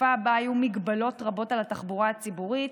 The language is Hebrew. בתקופה שבה היו מגבלות רבות על התחבורה הציבורית,